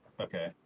Okay